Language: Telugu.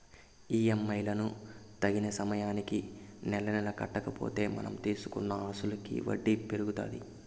ఈ.ఎం.ఐ లను తగిన సమయానికి నెలనెలా కట్టకపోతే మనం తీసుకున్న అసలుకి వడ్డీ పెరుగుతాది